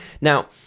Now